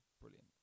brilliant